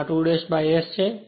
આ r2 S છે